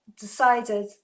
decided